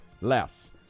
less